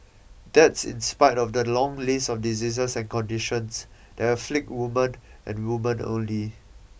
that's in spite of the long list of diseases and conditions that afflict women and women only